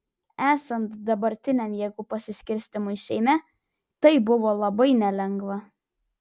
esant dabartiniam jėgų pasiskirstymui seime tai buvo labai nelengva